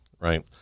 right